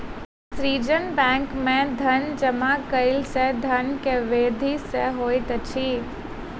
सृजन बैंक में धन जमा कयला सॅ धन के वृद्धि सॅ होइत अछि